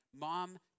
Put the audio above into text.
Mom